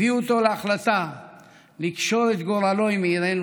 הביאו אותו להחלטה לקשור את גורלו עם עירנו,